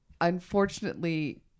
unfortunately